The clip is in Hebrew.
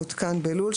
המותקן בלול,